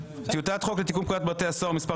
הסעיף הרביעי טיוטת חוק לתיקון פקודת בתי הסוהר (מס'